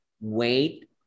Wait